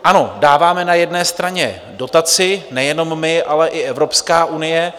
Ano, dáváme na jedné straně dotaci, nejenom my, ale i Evropská unie.